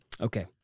Okay